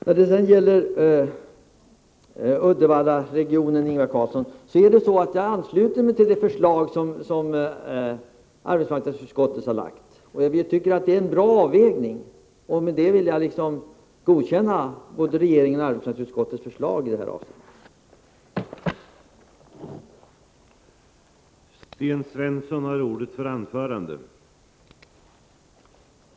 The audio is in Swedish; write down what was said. Då det gäller Uddevallaregionen, Ingvar Karlsson i Bengtsfors, ansluter jag mig till det förslag som arbetsmarknadsutskottet har lagt. Vi tycker att det innebär en bra avvägning. Och med det vill jag godkänna både regeringens och arbetsmarknadsutskottets förslag i det här avseendet.